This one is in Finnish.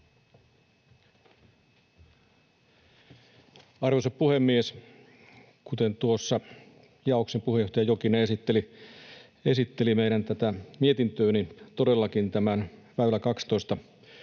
Arvoisa puhemies! Kuten tuossa jaoksen puheenjohtaja Jokinen esitteli tätä meidän mietintöä, niin todellakin tämä väylä 12